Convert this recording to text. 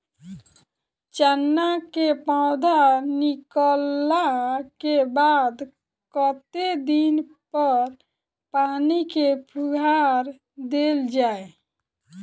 चना केँ पौधा निकलला केँ बाद कत्ते दिन पर पानि केँ फुहार देल जाएँ?